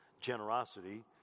Generosity